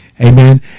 Amen